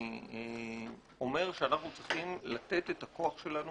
אני אומר שאנחנו צריכים לתת את הכוח שלנו